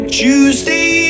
tuesday